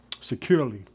securely